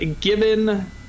Given